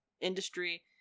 industry